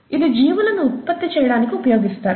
ఇది జీవులను ఉత్పత్తి చేయడానికి ఉపయోగిస్తారు